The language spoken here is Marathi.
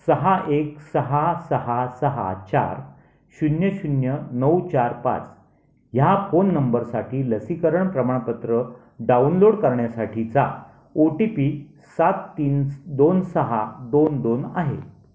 सहा एक सहा सहा सहा चार शून्य शून्य नऊ चार पाच ह्या फोन नंबरसाठी लसीकरण प्रमाणपत्र डाउनलोड करण्यासाठीचा ओ टी पी सात तीन दोन सहा दोन दोन आहे